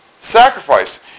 sacrifice